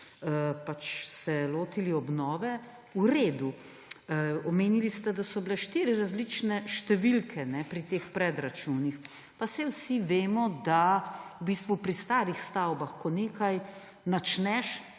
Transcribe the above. lotili obnove. V redu. Omenili ste, da so bile štiri različne številke pri teh predračunih. Pa saj vsi vemo, da v bistvu pri starih stavbah, ko nekaj načneš,